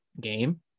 game